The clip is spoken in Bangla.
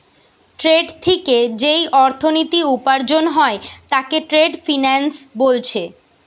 ট্রেড থিকে যেই অর্থনীতি উপার্জন হয় তাকে ট্রেড ফিন্যান্স বোলছে